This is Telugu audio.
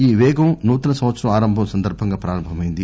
ఈ పేగం నూతన సంవత్సర ఆరంభం సందర్భంగా ప్రారంభమైంది